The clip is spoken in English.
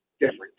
different